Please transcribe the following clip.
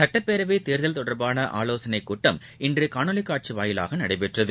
சட்டப்பேரவைதேர்தல் தொடர்பானஆலோசனைகூட்டம் இன்றுகாணொலிகாட்சிவாயிலாகநடைபெற்றது